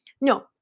No